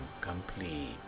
complete